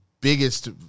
biggest